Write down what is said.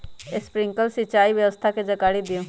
Sprinkler सिंचाई व्यवस्था के जाकारी दिऔ?